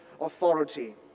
authority